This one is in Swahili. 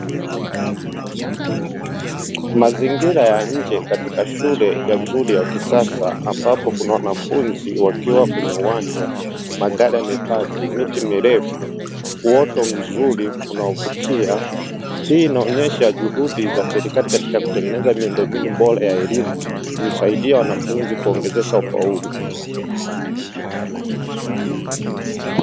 Mazingira ya nje katika shule nzuri ya kisasa ambapo kuna wanafunzi wakiwa kwenye uwanja, magari yamepaki, miti mirefu, uoto mzuri unaovutia. Hii inaonyesha juhudi za serikali katika kutengeneza miundombinu bora ya elimu, kusaidia wanafunzi kuongezea ufaulu.